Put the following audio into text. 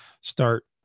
start